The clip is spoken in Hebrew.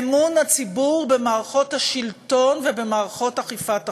אמון הציבור במערכות השלטון ובמערכות אכיפת החוק.